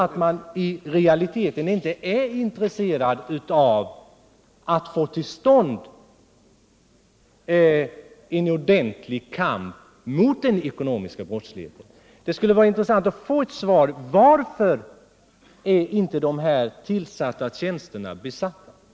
Är man alltså i realiteten inte intresserad av att få till stånd en ordentlig kamp mot den ekonomiska brottsligheten? Det skulle vara intressant att få ett svar. Varför är inte de här tjänsterna besatta?